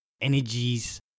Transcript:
energies